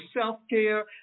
self-care